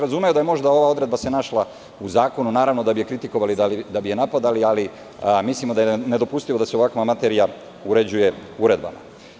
Razumeo bih da se možda ova odredba našla u zakonu, naravno da bi je kritikovali, da bi je napadali, ali mislimo da je nedopustivo da se ovakva materija uređuje uredbama.